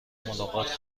ملاقات